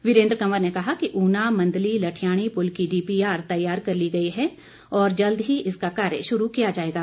वीरेन्द्र कंवर ने कहा कि उना मंदली लठियाणी पुल की डीपीआर तैयार कर ली गई है और जल्द ही इसका कार्य शुरू किया जाएगा